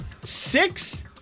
Six